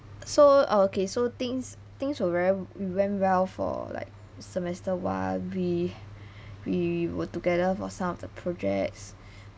so okay so things things were very we went well for like semester one we we were together for some of the projects